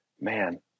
man